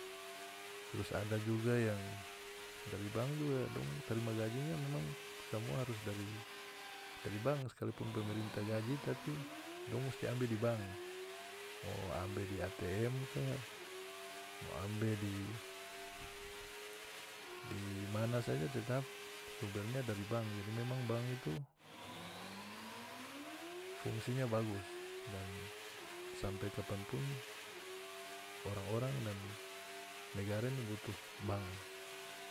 Trus ada juga yang dari bank juga dong tarima gaji memang samua harus dari dari bank sekalipun pemerintah gaji tapi dong musti ambe di bank mo ambe di atm kah mo ambe di dimana saja tetap sumbernya dari bank jadi memang bank itu fungsinya bagus dan sampe kapanpun orang-orang dan negara ini butuh bank.